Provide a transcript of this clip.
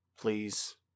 please